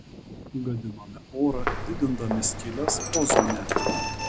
gadiname orą didindami skyles ozone